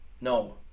no